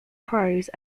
prose